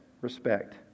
respect